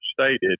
stated